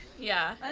yeah.